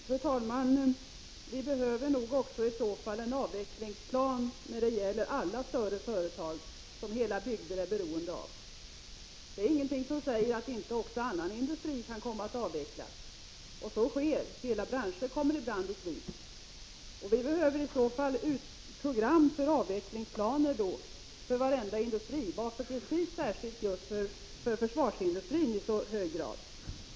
Fru talman! Vi behöver i så fall också en avvecklingsplan för alla större företag, som hela bygder kan vara beroende av. Det är ingenting som säger att inte annan industri kan komma att avvecklas. Om så sker, kommer hela branscher i kris. Vi behöver i så fall avvecklingsplaner för varenda industri. Varför skall man föra fram försvarsindustrin i så hög grad?